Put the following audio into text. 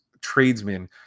tradesmen